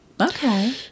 okay